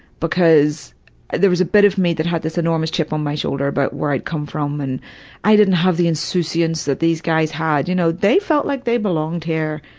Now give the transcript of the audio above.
because there was a bit of me that had this enormous chip on my shoulder about but where i'd come from, and i didn't have the insouciance that these guys had, you know, they felt like they belonged here.